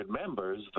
members